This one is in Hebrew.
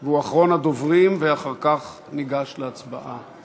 הוא אחרון הדוברים, ואחר כך ניגש להצבעה.